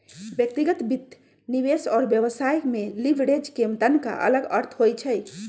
व्यक्तिगत वित्त, निवेश और व्यवसाय में लिवरेज के तनका अलग अर्थ होइ छइ